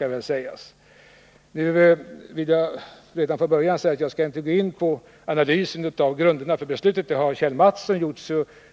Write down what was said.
Jag skall inte göra någon analys av grunderna för beslutet — det har Kjell Mattsson gjort